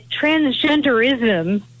transgenderism